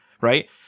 right